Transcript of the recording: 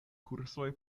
kursoj